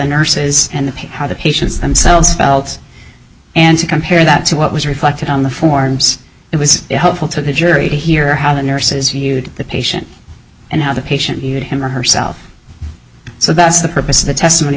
nurses and how the patients themselves felt and to compare that to what was reflected on the forms it was helpful to the jury hear how the nurses use the patient and how the patient needed him or herself so that's the purpose of the testimony